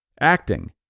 acting